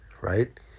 right